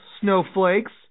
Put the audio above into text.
Snowflakes